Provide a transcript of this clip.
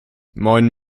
moin